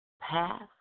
path